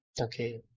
okay